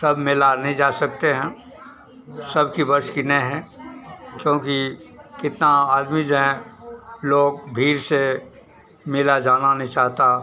सब मेला नहीं जा सकते हैं सबकी बस की नहीं है क्योंकि कितना आदमी जो हैं लोग भीड़ से मेला जाना नहीं चाहता